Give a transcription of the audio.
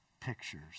pictures